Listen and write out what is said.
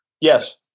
Yes